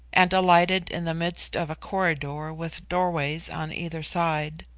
and alighted in the midst of a corridor with doorways on either side.